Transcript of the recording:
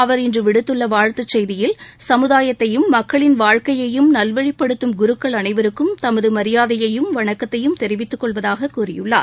அவர் இன்று விடுத்துள்ள வாழ்த்துச் செய்தியில் சமுதாயத்தையும் மக்களின் வாழ்க்கையையும் நல்வழிப்படுத்தும் குருக்கள் அனைவருக்கும் தமது மரியாதையையும் வணக்கத்தையும் தெரிவித்துக் கொள்வதாகக் கூறியுள்ளார்